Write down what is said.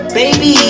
baby